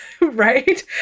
right